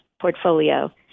portfolio